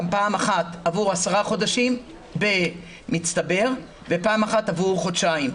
פעם אחת עבור עשרה חודשים במצטבר ופעם אחת עבור חודשיים.